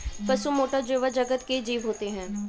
पशु मैटा जोवा जगत के जीव होते हैं